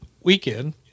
weekend